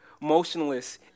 motionless